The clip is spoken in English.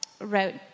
wrote